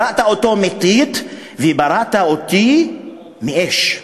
בראת אותו מטיט ובראת אותי מאש.